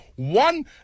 One